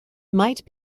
might